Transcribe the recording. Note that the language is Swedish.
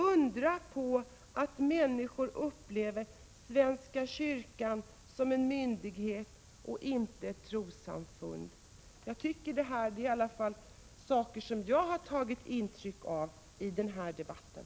Undra på att människor upplever svenska kyrkan som en myndighet och inte ett trossamfund!” Detta är uttalanden som jag har tagit intryck av i den här debatten.